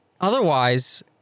otherwise